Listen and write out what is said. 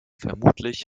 vermutlich